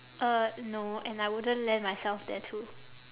uh no and I wouldn't land myself there too